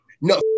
No